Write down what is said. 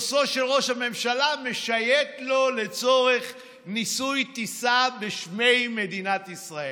מטוסו של ראש הממשלה משייט לו לצורך ניסוי טיסה בשמי מדינת ישראל.